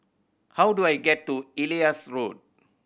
how do I get to Elias Road